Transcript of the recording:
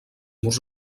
murs